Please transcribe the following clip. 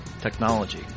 technology